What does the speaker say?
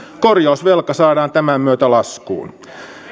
korjausvelka saadaan tämän myötä laskuun